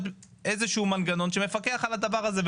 איזה שהוא מנגנון שמפקח על הדבר הזה.